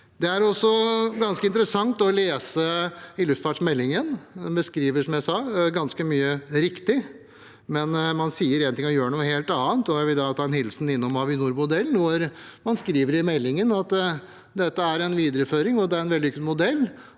Det er ganske interessant å lese i luftfartsmeldingen. Den beskriver, som jeg sa, ganske mye på riktig måte, men man sier én ting og gjør noe helt annet. Jeg vil da en tur innom Avinor-modellen: Man skriver i meldingen at dette er en videreføring, og at det er en vellykket modell,